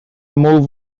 move